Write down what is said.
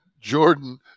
Jordan